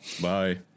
Bye